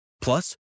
Plus